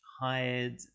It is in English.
hired